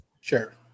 sure